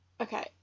Okay